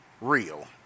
real